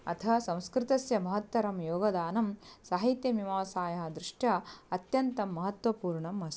अथ संस्कृतस्य महत्तरं योगदानं साहित्यमीमांसायाः दृष्ट्या अत्यन्तं महत्त्वपूर्णम् अस्ति